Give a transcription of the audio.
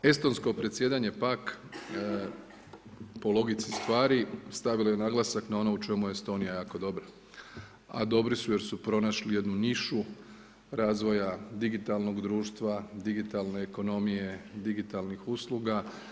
Estonsko predsjedanje pak po logici stvari stavilo je naglasak na ono u čemu je Estonija jako dobra, a dobri su jer su pronašli jednu nišu razvoja digitalnog društva, digitalne ekonomije, digitalnih usluga.